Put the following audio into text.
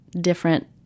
different